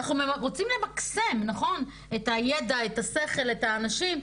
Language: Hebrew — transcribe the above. אנחנו רוצים למקסם את הידע, את השכל, את האנשים,